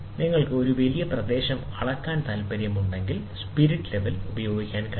നിങ്ങൾക്ക് വളരെ വലിയ പ്രദേശം അളക്കാൻ താൽപ്പര്യമുണ്ടെങ്കിൽ നിങ്ങൾക്ക് ഒരു സ്പിരിറ്റ് ലെവൽ ഉപയോഗിക്കാൻ കഴിയില്ല